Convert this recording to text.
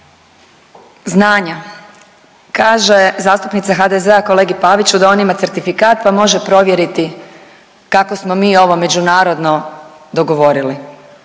znanja, kaže zastupnica HDZ-a kolegi Paviću da on ima certifikat pa može provjeriti kako smo mi ovo međunarodno dogovorili.